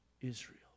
Israel